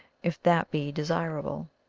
if that be desirable